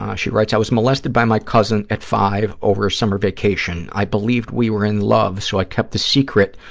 she writes, i was molested by my cousin at five over a summer vacation. i believed we were in love, so i kept the secret